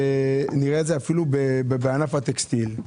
אני רואה את זה אפילו בענף הטקסטיל.